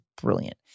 brilliant